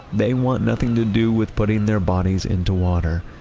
they want nothing to do with putting their bodies into water.